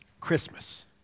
Christmas